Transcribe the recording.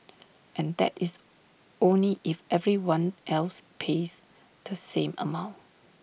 and that is only if everyone else pays the same amount